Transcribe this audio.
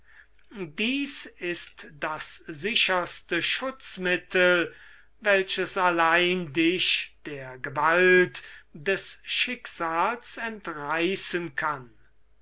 dies ist das sicherste schutzmittel welches allein dich des schicksals entreißen kann